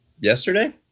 yesterday